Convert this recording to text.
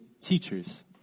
teachers